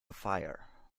fire